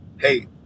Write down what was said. Hey